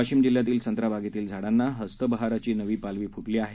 वाशिमजिल्ह्यातीलसंत्राबागेतीलझाडांनाहस्तबहाराचीनवीनपालवीफुटलीआहे